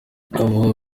avuga